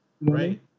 Right